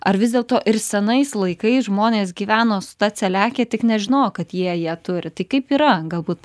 ar vis dėlto ir senais laikais žmonės gyveno su ta celiakija tik nežinojo kad jie ją turi tai kaip yra galbūt